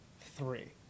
three